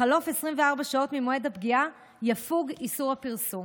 בחלוף 24 שעות ממועד הפגיעה יפוג איסור הפרסום.